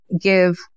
give